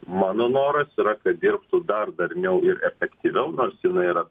mano noras yra kad dirbtų dar darniau ir efektyviau nors jinai yra